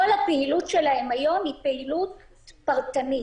כל הפעילות שלהם היום היא פעילות פרטנית.